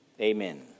amen